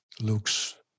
Luke's